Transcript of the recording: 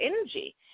energy